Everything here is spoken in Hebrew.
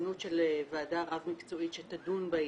התארגנות של ועדה רב-מקצועית שתדון בעניין,